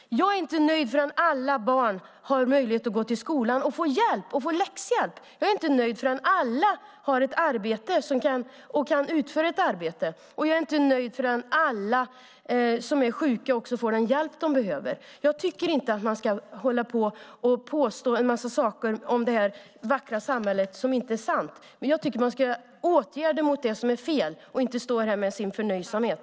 Jag är inte nöjd förrän alla barn har möjlighet att gå till skolan och få hjälp och få läxhjälp. Jag är inte nöjd förrän alla har ett arbete och kan utföra ett arbete. Och jag är inte nöjd förrän alla som är sjuka får den hjälp de behöver. Jag tycker inte att man ska påstå en massa saker om det här vackra samhället som inte är sant. Jag tycker att man ska vidta åtgärder mot det som är fel och inte stå här med sin förnöjsamhet.